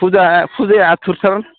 फुजाया आथुरथार